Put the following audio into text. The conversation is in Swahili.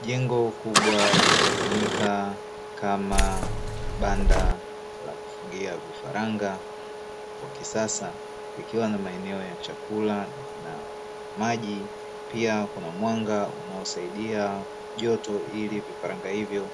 Jengo kubwa linalotumika kama banda la kufugia vifaranga wa kisasa, likiwa na maeneo ya chakula na maji pia kuna mwanga unaosaidia joto ili vifaranga hivyo